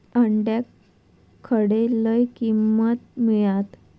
अंड्याक खडे लय किंमत मिळात?